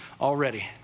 already